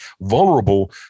vulnerable